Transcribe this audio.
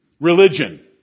religion